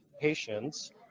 patients